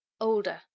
older